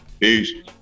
Peace